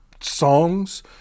songs